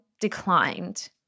declined